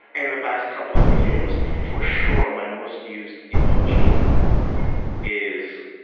in the past couple of years, for sure my most-used emoji is,